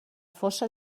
fossa